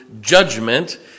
judgment